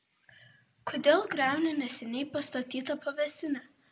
kodėl griauni neseniai pastatytą pavėsinę